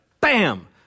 bam